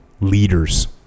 leaders